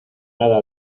nada